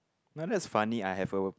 now that's funny I have a